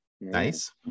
Nice